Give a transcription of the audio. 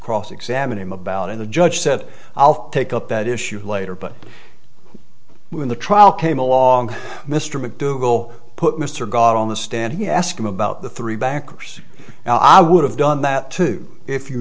cross examine him about in the judge said take up that issue later but when the trial came along mr mcdougal put mr god on the stand he asked him about the three backers i would have done that too if you